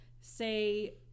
say